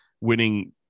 winning